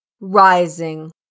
rising